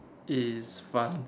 is fun